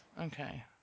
Okay